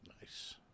Nice